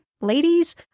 ladies